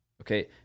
Okay